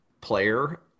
player